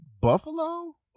Buffalo